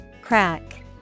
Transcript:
Crack